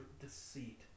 deceit